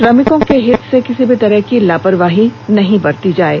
श्रमिकों के हित से किसी तरह की लापरवाही नहीं बरती जानी चाहिए